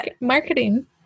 marketing